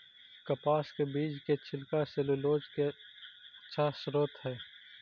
कपास के बीज के छिलका सैलूलोज के अच्छा स्रोत हइ